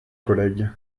collègue